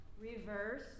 reverse